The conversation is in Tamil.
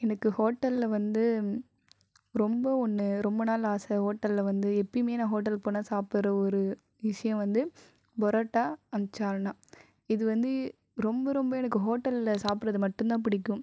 எனக்கு ஹோட்டலில் வந்து ரொம்ப ஒன்று ரொம்ப நாள் ஆசை ஓட்டலில் வந்து எப்போயுமே நான் ஹோட்டல் போனால் சாப்பிட்ற ஒரு விஷயம் வந்து பரோட்டா அண்ட் சால்னா இது வந்து ரொம்ப ரொம்ப எனக்கு ஹோட்டலில் சாப்பிட்றது மட்டும் தான் பிடிக்கும்